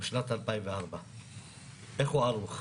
בשנת 2004 איך הוא ערוך.